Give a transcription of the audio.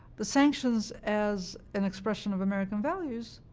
the sanctions, as an expression of american values,